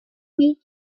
make